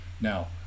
Now